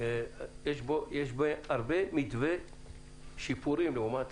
ויש בה הרבה שיפורים לעומת